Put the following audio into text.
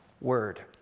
word